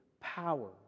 power